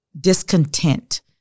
discontent